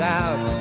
out